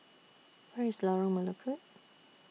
Where IS Lorong Melukut